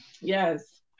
Yes